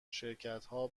شرکتها